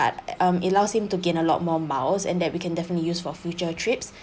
um it allows him to gain a lot more miles and that we can definitely used for future trips